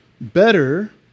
better